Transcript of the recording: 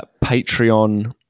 Patreon